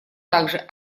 также